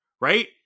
right